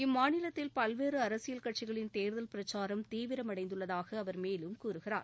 இந்த மாநிலத்தில் பல்வேறு அரசியல் கட்சிகளின் தேர்தல் பிரச்சாரம் தீவிரமடைந்துள்ளதாக அவர் மேலும் கூறுகிறார்